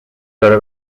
داره